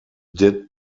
did